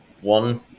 One